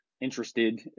interested